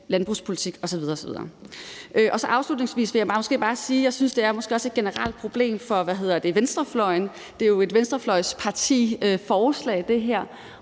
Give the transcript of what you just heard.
landbrugspolitik osv. osv. Afslutningsvis vil jeg bare sige, at jeg synes, det også er et generelt problem for venstrefløjen. Det her er jo et venstrefløjspartiforslag, og jeg